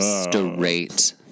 straight